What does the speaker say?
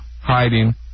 hiding